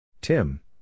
Tim